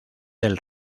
del